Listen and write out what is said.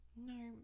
No